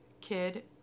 kid